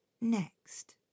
next